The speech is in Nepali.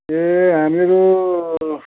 ए हामीहरू